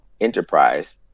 enterprise